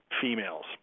females